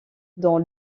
dans